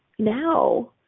Now